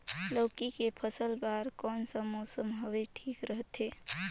लौकी के फसल बार कोन सा मौसम हवे ठीक रथे?